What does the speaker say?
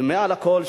ומעל הכול,